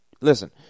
listen